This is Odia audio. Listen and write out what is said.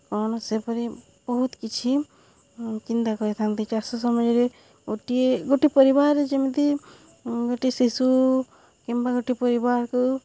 କ'ଣ ସେପରି ବହୁତ କିଛି ଚିନ୍ତା କରିଥାନ୍ତି ଚାଷ ସମୟରେ ଗୋଟିଏ ଗୋଟିଏ ପରିବାର ଯେମିତି ଗୋଟେ ଶିଶୁ କିମ୍ବା ଗୋଟେ ପରିବାରକୁ